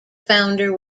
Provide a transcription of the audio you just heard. founder